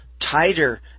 tighter